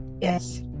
Yes